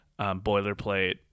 boilerplate